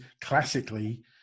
classically